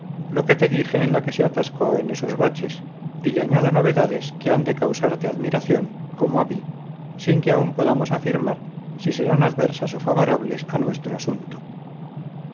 lo que te dije en la que se atascó en esos baches y le añado novedades que han de causarte admiración como a mí sin que aún podamos afirmar si serán adversas o favorables a nuestro asunto